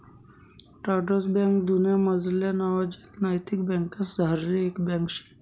Triodos bank दुन्यामझारल्या नावाजेल नैतिक बँकासमझारली एक बँक शे